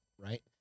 right